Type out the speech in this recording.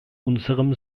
unserem